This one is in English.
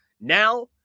now